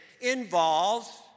involves